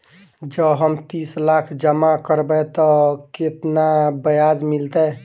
जँ हम तीस लाख जमा करबै तऽ केतना ब्याज मिलतै?